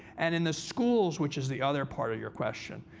and in the schools, which is the other part of your question,